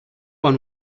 one